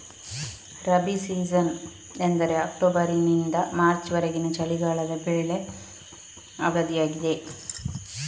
rabi season ಎಂದರೆ ಅಕ್ಟೋಬರಿನಿಂದ March ವರೆಗಿನ ಚಳಿಗಾಲದ ಬೆಳೆ ಅವಧಿಯಾಗಿದೆ